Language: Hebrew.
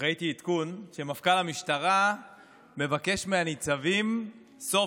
ראיתי עדכון שמפכ"ל המשטרה מבקש סוף-סוף